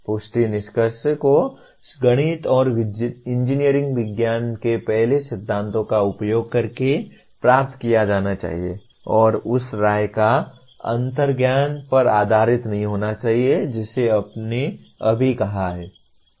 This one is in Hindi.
पुष्टि निष्कर्ष को गणित और इंजीनियरिंग विज्ञान के पहले सिद्धांतों का उपयोग करके प्राप्त किया जाना चाहिए और उस राय या अंतर्ज्ञान पर आधारित नहीं होना चाहिए जिसे आपने अभी कहा है